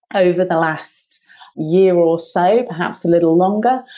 over the last year or so, perhaps a little longer,